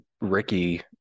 Ricky